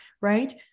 right